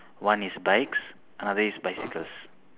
one is bikes another is bicycles